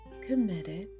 committed